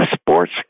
sports